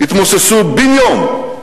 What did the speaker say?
התמוססו בן-יום,